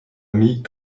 mis